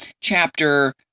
chapter